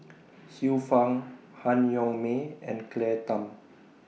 Xiu Fang Han Yong May and Claire Tham